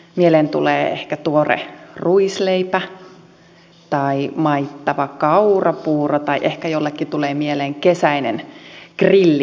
mieleen tulee ehkä tuore ruisleipä tai maittava kaurapuuro tai ehkä jollekin tulee mieleen kesäinen grillihetki